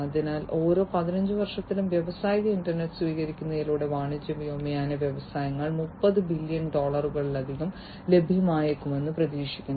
അതിനാൽ ഓരോ 15 വർഷത്തിലും വ്യാവസായിക ഇന്റർനെറ്റ് സ്വീകരിക്കുന്നതിലൂടെ വാണിജ്യ വ്യോമയാന വ്യവസായങ്ങൾ 30 ബില്യൺ ഡോളറിലധികം ലാഭിക്കുമെന്ന് പ്രതീക്ഷിക്കുന്നു